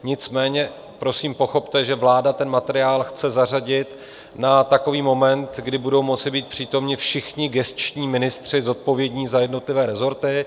Nicméně prosím pochopte, že vláda ten materiál chce zařadit na takový moment, kdy budou moci být přítomni všichni gesční ministři zodpovědní za jednotlivé rezorty.